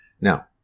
Now